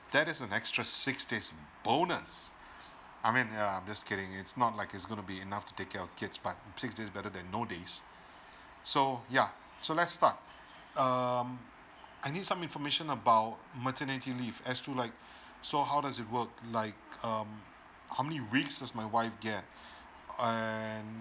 that is an extra six days bonus I mean yeah I'm just kidding it's not like it's gonna be enough to take care of kids but six days are better than no days so yeah so let's start um I need some information about maternity leave as to like so how does it work like um how many weeks does my wife get and